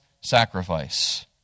sacrifice